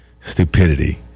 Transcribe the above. Stupidity